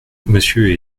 monsieur